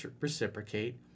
reciprocate